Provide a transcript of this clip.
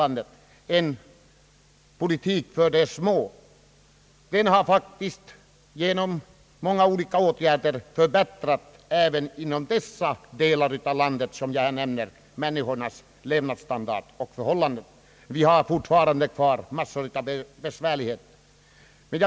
Den politik som förts har faktiskt genom många olika åtgärder förbättrat människornas levnadsstandard och förhållanden även i dessa delar av vårt land. Vi har dock alltjämt kvar massor av besvärligheter.